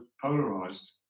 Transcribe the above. polarized